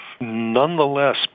Nonetheless